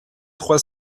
trois